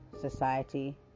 society